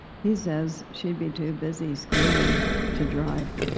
he says she'd be too busy screaming to drive.